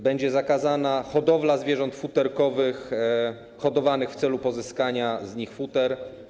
Będzie zakazana hodowla zwierząt futerkowych hodowanych w celu pozyskania z nich futer.